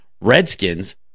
Redskins